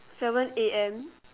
seven a_m